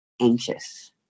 anxious